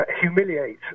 humiliate